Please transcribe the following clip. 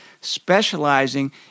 specializing